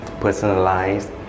personalized